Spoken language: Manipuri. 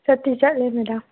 ꯆꯠꯇꯤ ꯆꯠꯂꯤ ꯃꯦꯗꯥꯝ